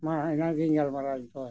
ᱢᱟ ᱤᱱᱟᱹᱜ ᱜᱤᱧ ᱜᱟᱞᱢᱟᱨᱟᱣ ᱫᱟᱹᱧ ᱛᱚᱵᱮ